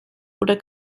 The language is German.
oder